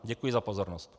Děkuji za pozornost.